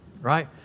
Right